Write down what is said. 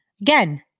again